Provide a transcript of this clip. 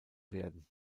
werden